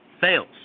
fails